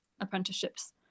apprenticeships